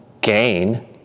gain